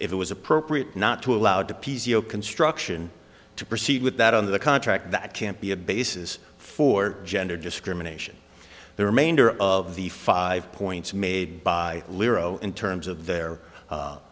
if it was appropriate not to allow the construction to proceed with that on the contract that can't be a basis for gender discrimination the remainder of the five points made by liril in terms of their